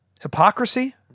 hypocrisy